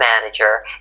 manager